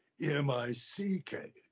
M-I-C-K